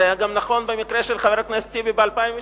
זה היה גם נכון במקרה של חבר הכנסת טיבי ב-2002.